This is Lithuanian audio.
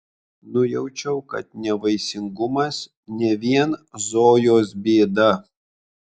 nujaučiau kad nevaisingumas ne vien zojos bėda